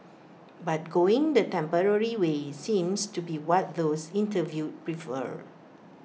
but going the temporary way seems to be what those interviewed prefer